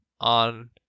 on